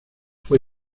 fue